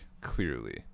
clearly